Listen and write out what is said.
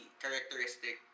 characteristic